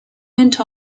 went